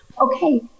Okay